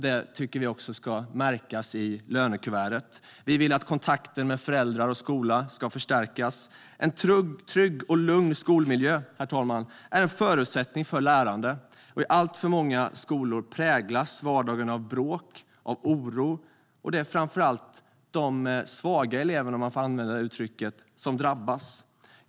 Det ska också märkas i lönekuvertet. Vi vill att kontakter mellan föräldrar och skola ska förstärkas. En trygg och lugn skolmiljö är en förutsättning för lärande. I allt för många skolor präglas vardagen av bråk och oro, och det är framför allt de svaga eleverna, om jag får använda det uttrycket, som drabbas.